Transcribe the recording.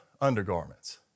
undergarments